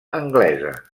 anglesa